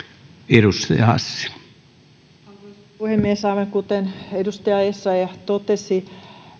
arvoisa puhemies aivan kuten edustaja essayah totesi